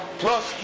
plus